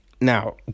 Now